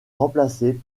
remplacée